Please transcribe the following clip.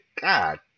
God